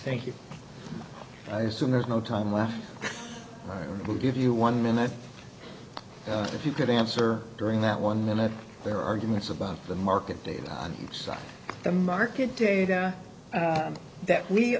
thank you i assume there is no time left to give you one minute if you could answer during that one minute there are arguments about the market data on the market data that we